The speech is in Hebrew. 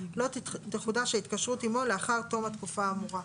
לא תחודש ההתקשרות עמו לאחר תום התקופה האמורה.